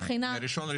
מה-1.1.